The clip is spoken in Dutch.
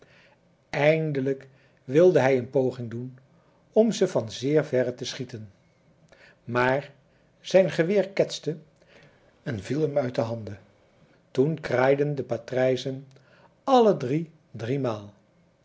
eindelijk wilde hij een poging doen om ze van zeer verre te schieten maar zijn geweer ketste en viel hem uit de handen toen kraaiden de patrijzen alle drie